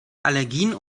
allergien